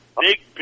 Big